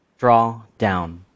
Drawdown